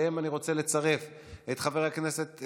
אליהם אני רוצה לצרף את חבר הכנסת,